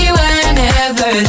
whenever